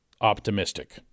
optimistic